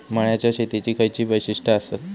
मळ्याच्या शेतीची खयची वैशिष्ठ आसत?